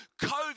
COVID